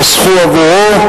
חסכו עבורו,